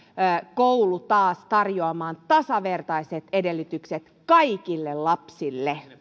koulu taas tarjoamaan tasavertaiset edellytykset kaikille lapsille